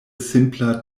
simpla